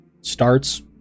starts